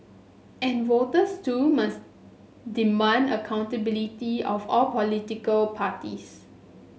and voters too must demand accountability of all political parties